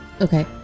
Okay